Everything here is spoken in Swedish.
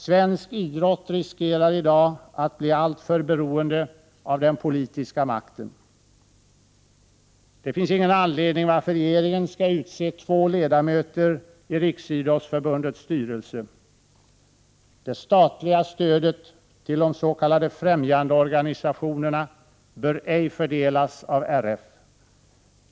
Svensk idrott riskerar i dag att bli alltför beroende av den politiska makten. Det finns ingen anledning till att regeringen skall utse två ledamöter i Riksidrottsförbundets styrelse. Det statliga stödet till de s.k. främjandeorganisationerna bör ej fördelas av RF.